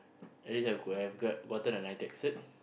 at least I could have grabbed gotten a N_I_T_E_C cert